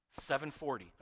740